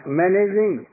managing